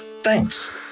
Thanks